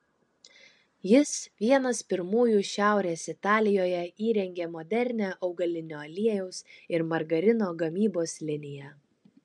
jis vienas pirmųjų šiaurės italijoje įrengė modernią augalinio aliejaus ir margarino gamybos liniją